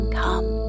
come